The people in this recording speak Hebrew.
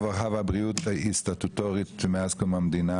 הרווחה והבריאות היא סטטוטורית מאז קום המדינה,